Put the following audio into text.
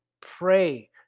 pray